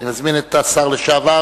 אני מזמין את השר לשעבר,